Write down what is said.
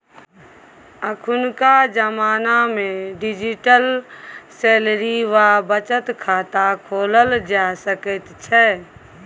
अखुनका जमानामे digital salary वा बचत खाता खोलल जा सकैत छै